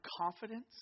confidence